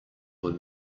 were